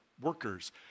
workers